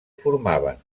formaven